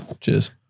Cheers